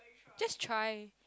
just try